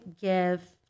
give